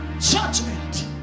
Judgment